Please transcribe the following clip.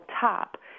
top